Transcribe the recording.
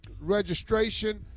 registration